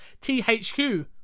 THQ